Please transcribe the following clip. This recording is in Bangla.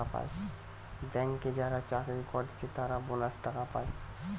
ব্যাংকে যারা চাকরি কোরছে তারা বোনাস টাকা পায়